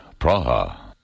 Praha